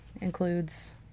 includes